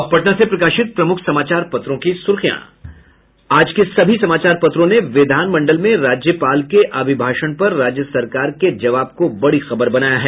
अब पटना से प्रकाशित प्रमुख समाचार पत्रों की सुर्खियां आज के सभी समाचार पत्रों ने विधानमंडल में राज्यपाल के अभिभाषण पर राज्य सरकार के जवाब को बड़ी खबर बनाया है